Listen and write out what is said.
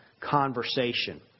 conversation